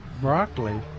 broccoli